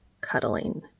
Cuddling